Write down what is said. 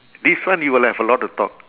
this one you will have a lot of thought